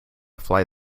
fly